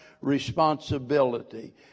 responsibility